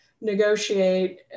negotiate